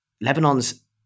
lebanon's